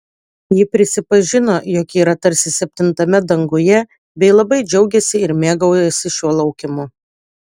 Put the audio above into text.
ji prisipažino jog yra tarsi septintame danguje bei labai džiaugiasi ir mėgaujasi šiuo laukimu